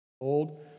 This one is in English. old